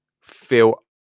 feel